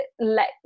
let